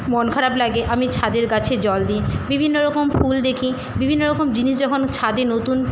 মন খারাপ লাগে আমি ছাদের গাছে জল দিই বিভিন্ন রকম ফুল দেখি বিভিন্ন রকম জিনিস যখন ছাদে নতুন